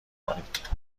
کنید